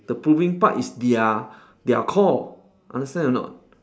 the proving part is their their core understand or not